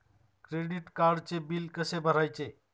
Credit कार्डचे bill कसे भरायचे?